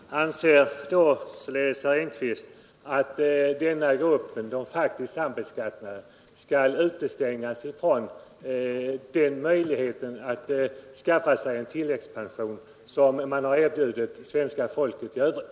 Fru talman! Anser således herr Engkvist att denna grupp, den faktiskt sambeskattade, skall utestängas från den möjlighet att skaffa sig en tilläggspension, som man har erbjudit svenska folket i övrigt?